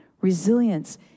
Resilience